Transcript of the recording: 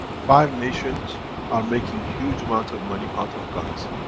five nations are making huge amount of money out of guns.